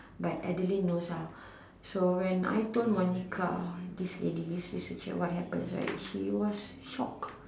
but Adeline knows ah so when I told Monica this lady this researcher what happens she was shock